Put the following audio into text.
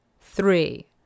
three